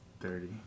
Thirty